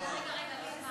רגע, רגע.